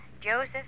Joseph